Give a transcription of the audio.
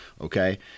okay